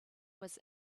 was